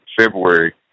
February